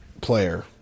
player